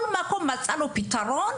כל מקום מצא את הזום כפתרון.